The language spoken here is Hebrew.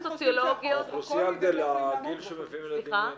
האוכלוסייה גדלה, הגיל שמביאים ילדים מתאחר.